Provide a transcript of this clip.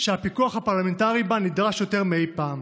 שהפיקוח הפרלמנטרי נדרש בה יותר מאי-פעם.